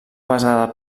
basada